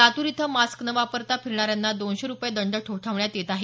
लातूर इथं मास्क न वापरता फिरणाऱ्यांना दोनशे रुपये दंड ठोठावण्यात येत आहे